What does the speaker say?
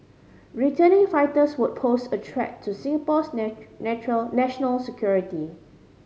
returning fighters would pose a threat to Singapore's natural national security